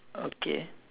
okay